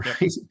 Right